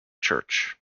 church